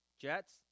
jets